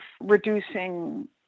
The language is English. reducing